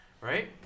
Right